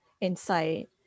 insight